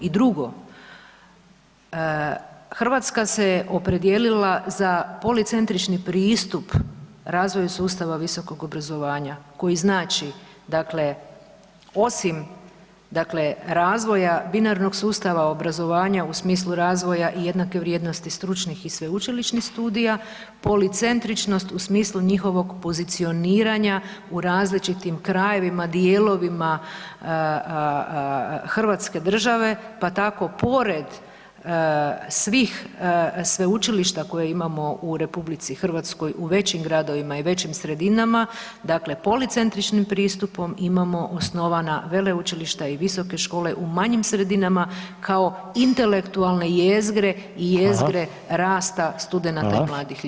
I drugo, Hrvatska se opredijelila za policentrični pristup razvoju sustava visokog obrazovanja koji znači, dakle, osim dakle razvoja binarnog sustava obrazovanja, u smislu razvoja i jednake vrijednosti stručnih i sveučilišnih studija, policentričnost u smislu njihovog pozicioniranja u različitim krajevima, dijelovima hrvatske države, pa tako pored svih sveučilišta koje imamo u RH u većim gradovima i većim sredinama, dakle policentričnim pristupom imamo osnovana veleučilišta i visoke škole u manjim sredinama kao intelektualne jezgre i jezgre [[Upadica: Hvala.]] rasta studenata i mladih ljudi u obrazovanju.